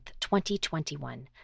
2021